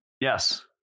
yes